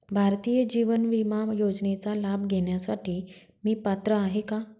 भारतीय जीवन विमा योजनेचा लाभ घेण्यासाठी मी पात्र आहे का?